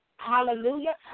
Hallelujah